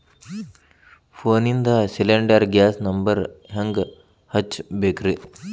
ಫೋನಿಂದ cylinder gas number ಹೆಂಗ್ ಹಚ್ಚ ಬೇಕ್ರಿ?